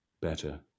better